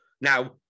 now